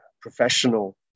professional